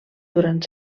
durant